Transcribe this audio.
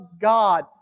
God